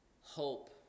hope